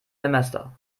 semester